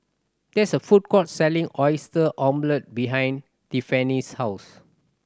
there is a food court selling Oyster Omelette behind Tiffanie's house